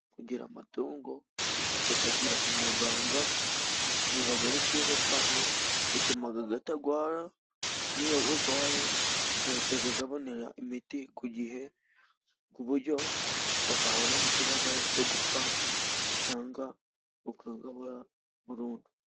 Kugira amatungo gakagira umuganda bibaga ari byiza cane, bitumagaga gatagwara n'iyo gagwaye agahitaga agabonera imiti ku gihe, ku bujyo gatahura n'ikibazo co gupfa cangwa ukagabura burundu.